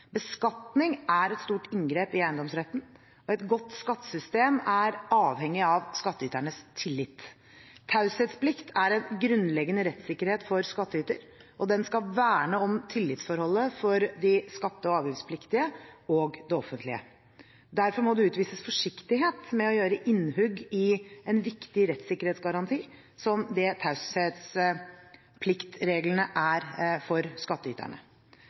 Beskatning er et stort inngrep i eiendomsretten, og et godt skattesystem er avhengig av skattyternes tillit. Taushetsplikt er en grunnleggende rettssikkerhet for skattyter, og den skal verne om tillitsforholdet for de skatte- og avgiftspliktige og det offentlige. Derfor må det utvises forsiktighet med å gjøre innhugg i en viktig rettssikkerhetsgaranti som det taushetspliktreglene er for